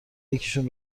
یکیشون